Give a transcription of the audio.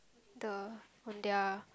the on their